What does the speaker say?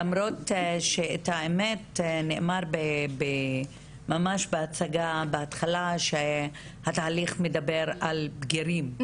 למרות שהאמת היא שנאמר ממש בתחילת ההצגה שהתהליך מדבר על בגירים,